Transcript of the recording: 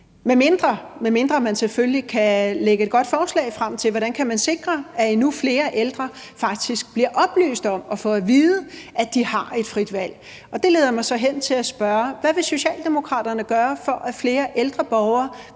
medmindre man selvfølgelig kan lægge et godt forslag frem om, hvordan man kan sikre, at endnu flere ældre faktisk bliver oplyst om og får at vide, at de har et frit valg. Det leder mig så hen til at spørge: Hvad vil Socialdemokraterne gøre for, at flere ældre borgere